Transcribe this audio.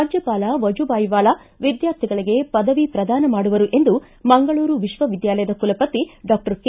ರಾಜ್ಯಪಾಲ ವಾಜುಬಾಯಿ ವಾಲಾ ವಿದ್ಕಾರ್ಥಿಗಳಿಗೆ ಪದವಿ ಪ್ರದಾನ ಮಾಡುವರು ಎಂದು ಮಂಗಳೂರು ವಿಶ್ವ ವಿದ್ಯಾಲಯದ ಕುಲಪತಿ ಡಾಕ್ಟರ್ ಕೆ